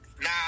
Nah